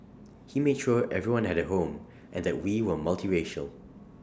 he made sure everyone had A home and that we were multiracial